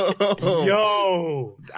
Yo